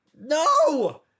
No